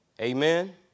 Amen